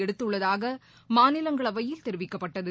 எடுத்துள்ளதாக மாநிலங்களவையில் தெரிவிக்கப்பட்டது